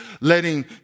letting